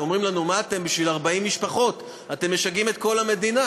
אומרים לנו: מה אתם משגעים את כל המדינה